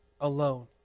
alone